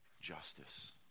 justice